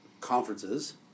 conferences